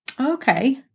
Okay